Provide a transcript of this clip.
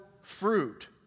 fruit